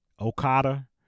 Okada